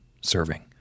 serving